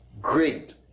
great